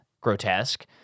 grotesque